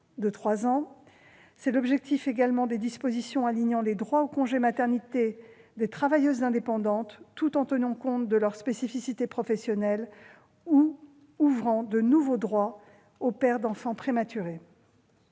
de trois ans. C'est également l'objectif des dispositions qui alignent les droits au congé maternité des travailleuses indépendantes, tout en tenant compte de leurs spécificités professionnelles, ou qui ouvrent de nouveaux droits aux pères d'enfants prématurés.